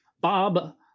bob